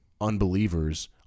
unbelievers